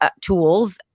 tools